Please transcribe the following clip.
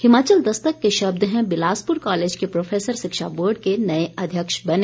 हिमाचल दस्तक के शब्द हैं बिलासपुर कॉलेज के प्रोफेसर शिक्षा बोर्ड के नए अध्यक्ष बने